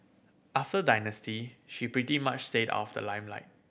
after Dynasty she pretty much stayed out of the limelight